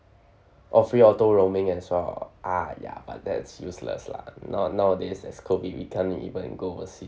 oh free auto roaming as well ah ya but that's useless lah now nowadays is COVID we can't even go overseas